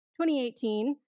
2018